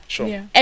Sure